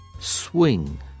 swing